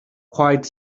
quite